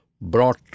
brought